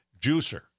Juicer